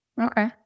Okay